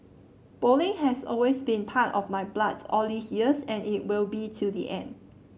bowling has always been part of my blood all these years and it will be till the end